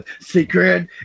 Secret